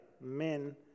men